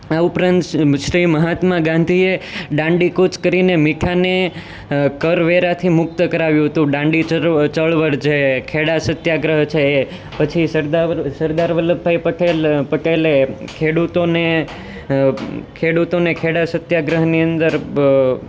આ ઉપરાંત શ્રી મહાત્મા ગાંધીએ દાંડી કૂચ કરીને મીઠાને કરવેરાથી મુક્ત કરાવ્યું હતું દાંડી ચળવળ જે ખેડા સત્યાગ્રહ છે એ પછી સરદાર વ સરદાર વલ્લભભાઈ પટેલે ખેડૂતોને ખેડૂતોને ખેડા સત્યાગ્રહની અંદર